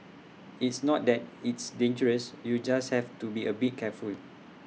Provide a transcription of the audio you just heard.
it's not that it's dangerous you just have to be A bit careful